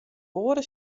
oare